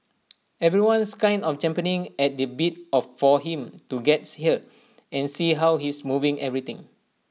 everyone's kind of champing at the bit of for him to gets here and see how he's moving everything